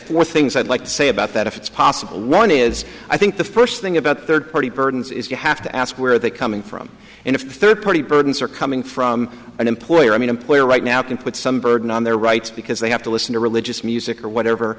afford things i'd like to say about that if it's possible one is i think the first thing about third party burdens is you have to ask where are they coming from and if third party burdens are coming from an employer i mean employer right now can put some burden on their rights because they have to listen to religious music or whatever